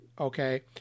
okay